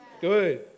Good